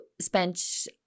spent